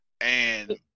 and-